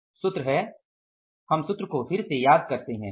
सूत्र है हम सूत्र को फिर से याद करते हैं